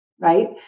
Right